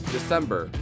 December